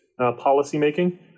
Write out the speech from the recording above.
policymaking